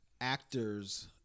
actors